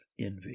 envy